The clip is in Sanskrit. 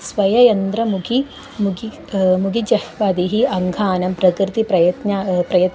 स्वयं यन्त्रमुखे मुखे मुखजिह्वादिः अङ्गानां प्रकृतिप्रयत्नः प्रयत्नः